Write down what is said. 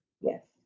Yes